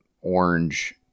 orange